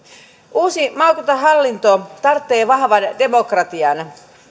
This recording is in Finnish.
uusi maakuntahallinto tarvitsee vahvan demokratian